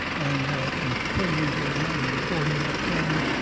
and and turned things around, and before he left town,